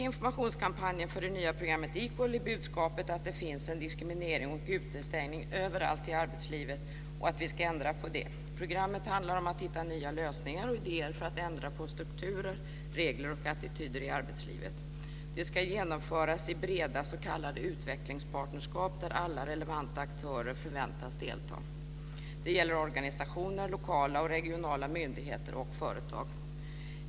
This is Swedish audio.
Equal är budskapet att det finns diskriminering och utestängning överallt i arbetslivet och att vi ska ändra på det. Programmet handlar om att hitta nya lösningar och idéer för att ändra på strukturer, regler och attityder i arbetslivet. Det ska genomföras i breda s.k. utvecklingspartnerskap, där alla relevanta aktörer förväntas delta. Det gäller organisationer, lokala och regionala myndigheter och företag.